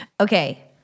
Okay